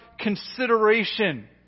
consideration